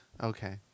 Okay